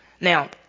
Now